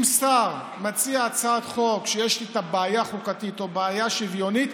אם שר מציע הצעת חוק שיש איתה בעיה חוקתית או בעיה שוויונית,